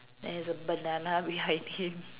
and there's a banana behind him